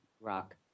rock